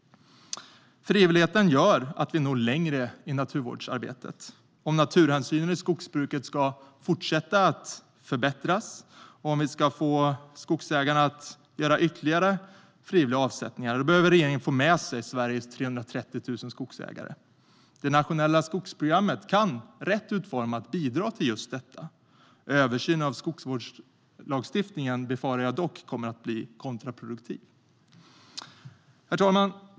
Frivilligheten gör att vi når längre i naturvårdsarbetet. Om naturhänsynen i skogsbruket ska fortsätta att förbättras och om vi ska få skogsägarna att göra ytterligare frivilliga avsättningar behöver regeringen få med sig Sveriges 330 000 skogsägare. Det nationella skogsprogrammet kan rätt utformat bidra till just detta. Översynen av skogsvårdslagstiftningen befarar jag dock kommer att bli kontraproduktiv. Herr talman!